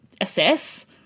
assess